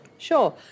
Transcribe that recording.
Sure